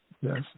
Yes